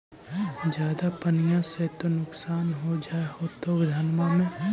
ज्यादा पनिया से तो नुक्सान हो जा होतो धनमा में?